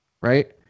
Right